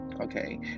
okay